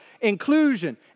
inclusion